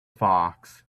fox